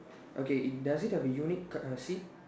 okay it does it have a unique car seat